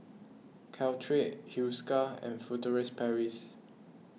Caltrate Hiruscar and Furtere Paris